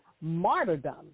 martyrdom